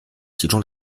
集中